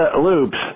loops